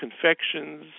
confections